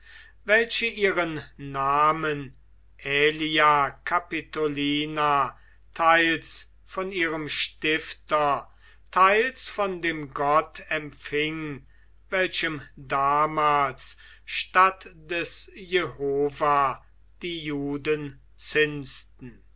welche ihren namen aelia capitolina teils von ihrem stifter teils von dem gott empfing welchem damals statt des jehova die juden